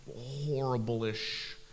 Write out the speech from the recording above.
horrible-ish